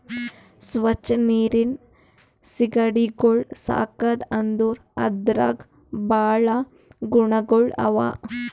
ಸ್ವಚ್ ನೀರಿನ್ ಸೀಗಡಿಗೊಳ್ ಸಾಕದ್ ಅಂದುರ್ ಅದ್ರಾಗ್ ಭಾಳ ಗುಣಗೊಳ್ ಅವಾ